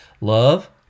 love